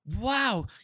wow